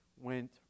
went